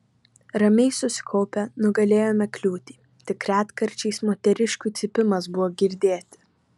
ramiai susikaupę nugalėjome kliūtį tik retkarčiais moteriškių cypimas buvo girdėti